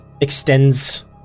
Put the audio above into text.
extends